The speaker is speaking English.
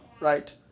right